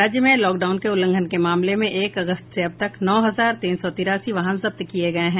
राज्य में लॉकडाउन के उल्लंघन के मामले में एक अगस्त से अब तक नौ हजार तीन सौ तिरासी वाहन जब्त किये गये हैं